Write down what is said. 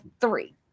three